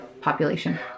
population